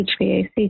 HVAC